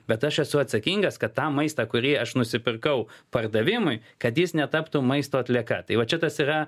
bet aš esu atsakingas kad tą maistą kurį aš nusipirkau pardavimui kad jis netaptų maisto atlieka tai vat čia tas yra